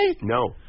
No